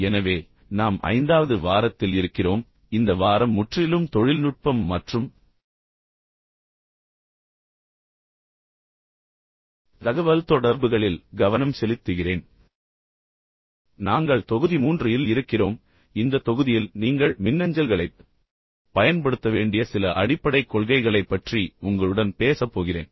எனவே நாம் ஐந்தாவது வாரத்தில் இருக்கிறோம் இந்த வாரம் முற்றிலும் தொழில்நுட்பம் மற்றும் தகவல்தொடர்புகளில் கவனம் செலுத்துகிறேன் நாங்கள் தொகுதி 3 இல் இருக்கிறோம் இந்த தொகுதியில் நீங்கள் மின்னஞ்சல்களைப் பயன்படுத்த வேண்டிய சில அடிப்படைக் கொள்கைகளைப் பற்றி உங்களுடன் பேசப் போகிறேன்